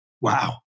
Wow